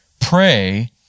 pray